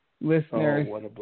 listeners